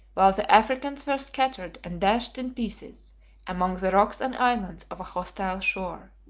while the africans were scattered and dashed in pieces among the rocks and islands of a hostile shore.